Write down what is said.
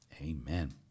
Amen